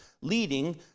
leading